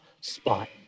spot